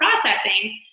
processing